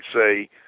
say